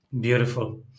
Beautiful